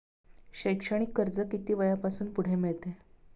शैक्षणिक कर्ज किती वयापासून पुढे मिळते?